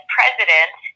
president